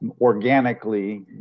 organically